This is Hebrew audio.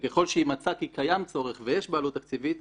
וככל שהיא מצאה כי קיים צורך ויש בה עלות תקציבית,